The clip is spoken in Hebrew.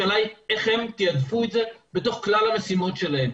השאלה היא איך הם תעדפו את זה בתוך כלל המשימות שלהם.